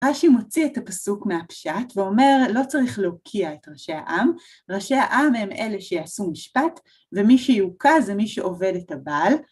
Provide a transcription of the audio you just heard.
ראשי מוציא את הפסוק מהפשט ואומר, לא צריך להוקיע את ראשי העם, ראשי העם הם אלה שיעשו משפט, ומי שיוקע זה מי שעובד את הבעל.